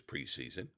preseason